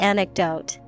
Anecdote